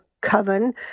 coven